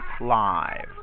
live